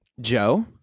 joe